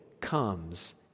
comes